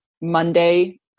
Monday